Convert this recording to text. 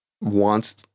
wants